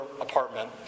apartment